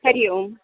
हरिः ओम्